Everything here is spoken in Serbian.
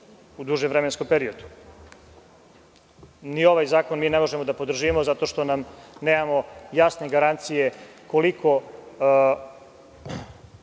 u dužem vremenskom periodu. Ni ovaj zakon ne možemo da podržimo zato što nemamo jasne garancije koliko